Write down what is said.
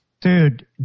Dude